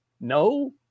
No